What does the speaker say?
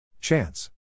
chance